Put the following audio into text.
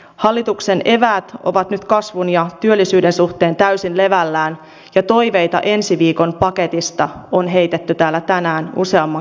hallituksen eväät ovat nyt kasvun ja työllisyyden suhteen täysin levällään ja toiveita ensi viikon paketista on heitetty täällä tänään useamman kerran